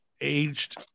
aged